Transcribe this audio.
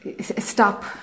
stop